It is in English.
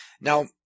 Now